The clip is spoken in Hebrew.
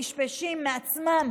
פשפשים מעצמם.